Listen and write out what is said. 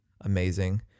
amazing